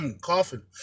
coughing